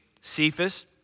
Cephas